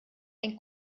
ein